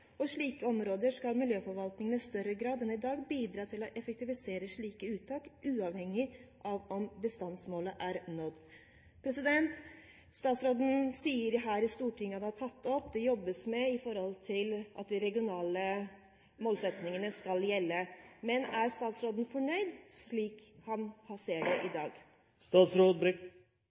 og i slike områder skal miljøforvaltningen i større grad enn i dag bidra til å effektivisere slikt uttak, uavhengig av om bestandsmålet er nådd.» Statsråden sier i Stortinget at det er tatt opp, og det jobbes med at de regionale målsettingene skal gjelde. Men er statsråden fornøyd slik han ser det i